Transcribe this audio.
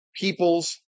peoples